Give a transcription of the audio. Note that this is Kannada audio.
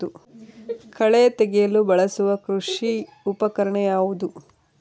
ಕಳೆ ತೆಗೆಯಲು ಬಳಸುವ ಕೃಷಿ ಉಪಕರಣ ಯಾವುದು?